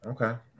Okay